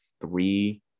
three –